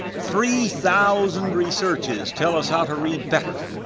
three thousand researches tell us how to read better,